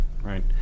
Right